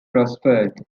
prospered